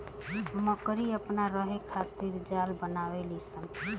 मकड़ी अपना रहे खातिर जाल बनावे ली स